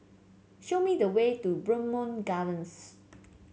show me the way to Bowmont Gardens